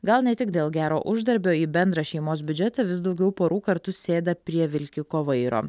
gal ne tik dėl gero uždarbio į bendrą šeimos biudžetą vis daugiau porų kartu sėda prie vilkiko vairo